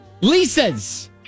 Lisa's